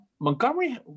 Montgomery